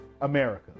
America